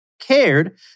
cared